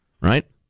right